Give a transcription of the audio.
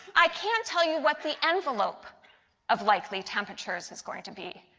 i can tell you what the envelope of likely temperatures is going to be.